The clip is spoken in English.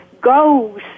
goes